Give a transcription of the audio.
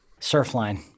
Surfline